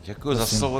Děkuji za slovo.